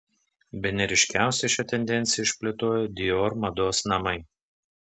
bene ryškiausiai šią tendenciją išplėtojo dior mados namai